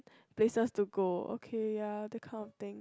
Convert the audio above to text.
places to go okay ya that kind of thing